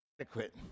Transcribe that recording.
adequate